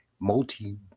multi